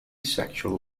sexual